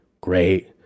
Great